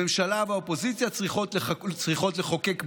הממשלה והאופוזיציה צריכות לחוקק ביחד.